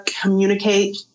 communicate